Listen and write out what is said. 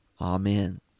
Amen